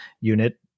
unit